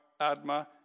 Adma